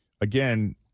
Again